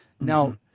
Now